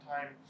time